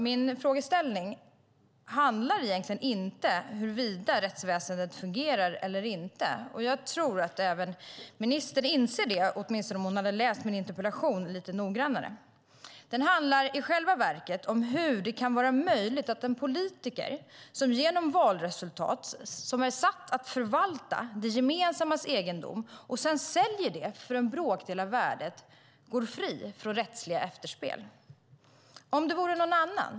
Min frågeställning handlar egentligen inte om huruvida rättsväsendet fungerar eller inte. Jag tror att även ministern inser det. Det hade hon åtminstone gjort om hon hade läst min interpellation lite noggrannare. Den handlar i själva verket om hur det kan vara möjligt att en politiker som genom valresultatet är satt att förvalta det gemensammas egendom och som sedan säljer den för en bråkdel av värdet går fri från rättsliga efterspel. Låt oss säga att det vore någon annan.